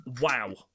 wow